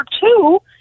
two